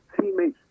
teammates